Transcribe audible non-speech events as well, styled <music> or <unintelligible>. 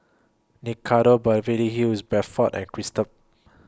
<unintelligible> Beverly Hills Bradford and Chipster